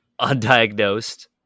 undiagnosed